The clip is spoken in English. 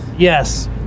Yes